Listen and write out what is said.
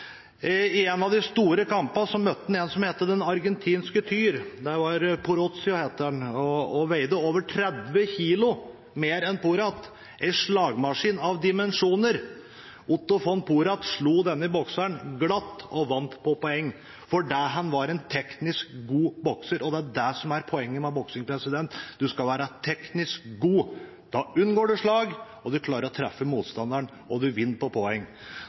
I en av de store kampene møtte han en som ble kalt «den argentinske tyr». Han het Porzio og veide over 30 kg mer enn von Porat og var en slagmaskin av dimensjoner. Otto von Porat slo denne bokseren glatt og vant på poeng, fordi han var en teknisk god bokser, og det er det som er poenget med boksing, nemlig å være teknisk god, for da unngår man slag, man klarer å treffe motstanderen, og man vinner da på poeng.